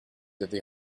avez